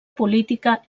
política